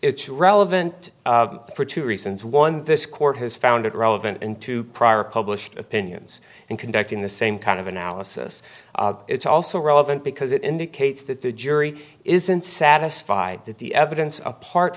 it's relevant for two reasons one this court has found it relevant in two prior published opinions and conducting the same kind of analysis it's also relevant because it indicates that the jury isn't satisfied that the evidence apart